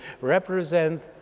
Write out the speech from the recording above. represent